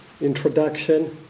introduction